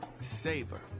Savor